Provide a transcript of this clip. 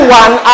one